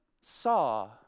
saw